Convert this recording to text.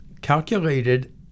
Calculated